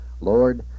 Lord